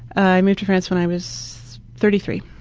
i moved to france when i was thirty three.